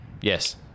yes